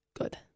good